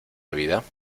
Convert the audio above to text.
vida